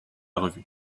revue